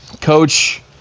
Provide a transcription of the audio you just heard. Coach